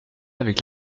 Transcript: avec